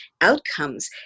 outcomes